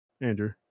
Andrew